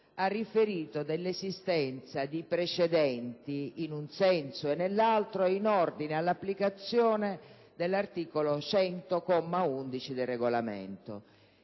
ha riferito dell'esistenza di precedenti, in un senso e nell'altro, in ordine all'applicazione dell'articolo 100, comma 11, del Regolamento,